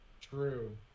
True